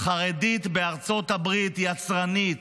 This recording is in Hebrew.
החרדית בארצות הברית יצרנית,